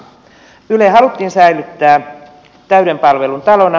yle haluttiin säilyttää täyden palvelun talona